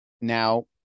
Now